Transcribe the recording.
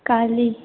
काली